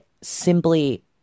simply